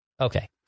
Okay